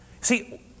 See